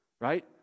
Right